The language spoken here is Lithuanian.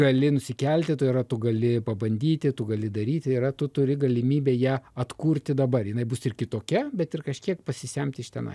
gali nuskelti tai yra tu gali pabandyti tu gali daryti yra tu turi galimybę ją atkurti dabar jinai bus ir kitokia bet ir kažkiek pasisemti iš tenai